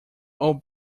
all